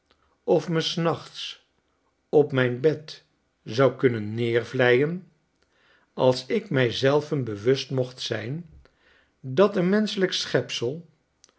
of me s nachts op mijn bed zou kunnen neervhjen als ik mij zelven bewust mocht zijn dat een menschelijk schepsel